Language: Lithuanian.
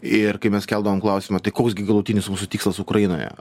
ir kai mes keldavom klausimą tai koks gi galutinis mūsų tikslas ukrainoje